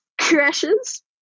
crashes